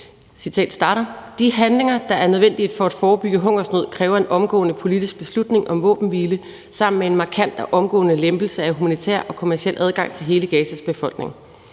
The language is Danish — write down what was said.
De handlinger, der er nødvendige for at forebygge hungersnød, kræver en omgående politisk beslutning om våbenhvile sammen med en markant og omgående lempelse af humanitær og kommerciel adgang til hele Gazas befolkning.